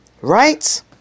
Right